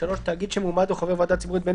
(3)תאגיד שמועמד או חבר ועדה ציבורית,